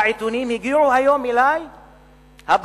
העיתונים הגיעו היום אלי הביתה?